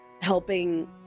Helping